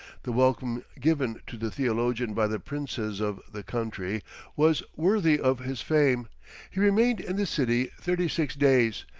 the welcome given to the theologian by the princes of the country was worthy of his fame he remained in the city thirty-six days,